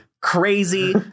crazy